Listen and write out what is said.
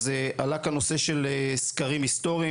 אז עלה כאן נושא של סקרים היסטוריים.